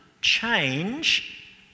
change